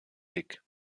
dick